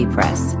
Press